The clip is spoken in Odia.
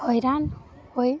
ହଇରାଣ ହୋଇ